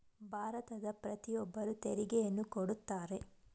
ಭಾರತದ ಪ್ರತಿಯೊಬ್ಬರು ತೆರಿಗೆಯನ್ನು ಕೊಡುತ್ತಾರೆ